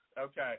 Okay